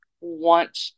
want